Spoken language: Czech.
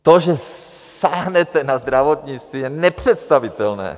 To, že sáhnete na zdravotnictví, je nepředstavitelné.